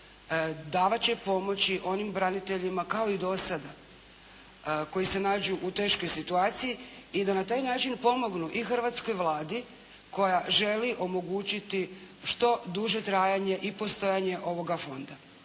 davat će pomoći onim braniteljima kao i do sada koji se nađu u teškoj situaciji i da na taj način pomognu i hrvatskoj Vladi koja želi omogućiti što duže trajanje i postojanje ovoga fonda,